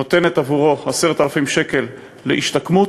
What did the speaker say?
נותנת עבורו 10,000 שקל להשתקמות,